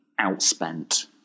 outspent